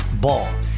Ball